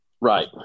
Right